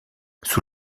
sous